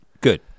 good